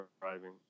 driving